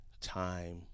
time